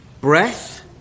Breath